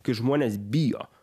kai žmonės bijo